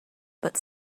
but